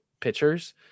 pitchers